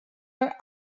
are